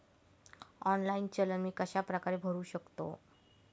Online चलन मी कशाप्रकारे भरु शकतो?